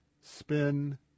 spin